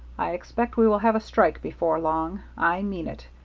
i expect we will have a strike before long. i mean it.